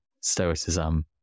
Stoicism